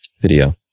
video